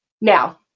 Now